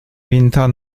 winter